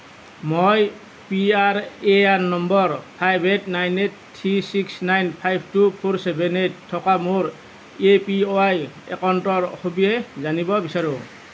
মই P R A N number five eight nine eight three six nine five two four seven eight থকা মোৰ A P Y একাউণ্টৰ সবিশেষ জানিব বিচাৰোঁ